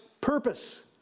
purpose